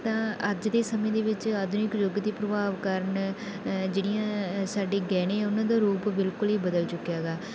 ਤਾਂ ਅੱਜ ਦੇ ਸਮੇਂ ਦੇ ਵਿੱਚ ਆਧੁਨਿਕ ਯੁੱਗ ਦੇ ਪ੍ਰਭਾਵ ਕਾਰਨ ਜਿਹੜੀਆਂ ਸਾਡੇ ਗਹਿਣੇ ਉਹਨਾਂ ਦਾ ਰੂਪ ਬਿਲਕੁਲ ਹੀ ਬਦਲ ਚੁੱਕਿਆ ਗਾ